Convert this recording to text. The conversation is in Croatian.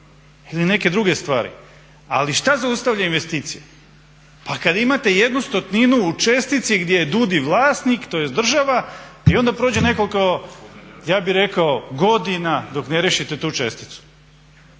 ili neke druge stvari. Ali šta zaustavlja investicije? Pa kad imate 1/100 u čestici gdje je DUUDI vlasnik tj. država i onda prođe nekoliko ja bih rekao godina dok ne riješite tu česticu,